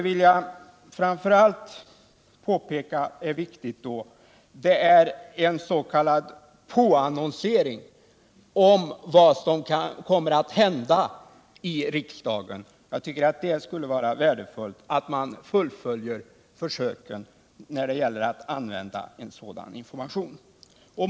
Och framför allt vill jag påpeka att s.k. påannonsering om vad som kommer att hända i riksdagen är viktig. Det skulle vara värdefullt att använda sådan information när man fullföljer försöket.